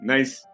Nice